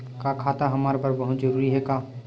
का खाता हमर बर बहुत जरूरी हे का?